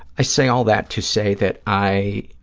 i say all that to say that i,